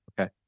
Okay